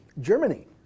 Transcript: Germany